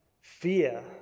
Fear